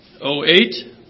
08